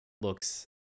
looks